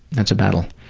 it's a battle.